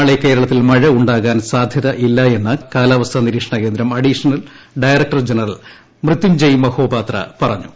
നാളെ കേരളത്തിൽ മഴ ഉണ്ടാകാൻ സാധ്യതയില്ല എന്ന് കാലാവസ്ഥ നിരീക്ഷണകേന്ദ്രം additional director general Mrutyunjay Mohapatra പറഞ്ഞു